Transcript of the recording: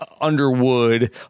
Underwood